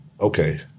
Okay